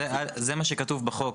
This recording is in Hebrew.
זה מה שכתוב בחוק.